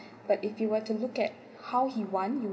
but if you were to look at how he won you